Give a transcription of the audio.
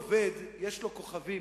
לכל עובד יש כוכבים.